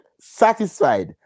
satisfied